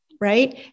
right